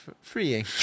freeing